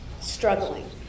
struggling